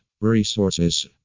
Resources